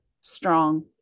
strong